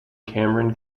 cameron